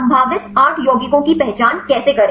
संभावित 8 यौगिकों की पहचान कैसे करें